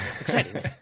exciting